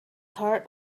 heard